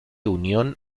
unión